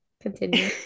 Continue